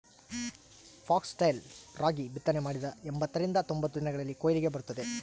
foxtail ರಾಗಿ ಬಿತ್ತನೆ ಮಾಡಿದ ಎಂಬತ್ತರಿಂದ ತೊಂಬತ್ತು ದಿನಗಳಲ್ಲಿ ಕೊಯ್ಲಿಗೆ ಬರುತ್ತದೆ